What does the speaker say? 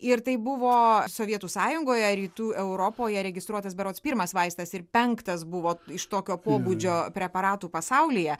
ir taip buvo sovietų sąjungoje rytų europoje registruotas berods pirmas vaistas ir penktas buvo iš tokio pobūdžio preparatų pasaulyje